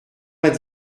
vingt